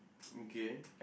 okay